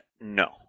no